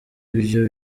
ibyo